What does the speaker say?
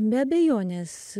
be abejonės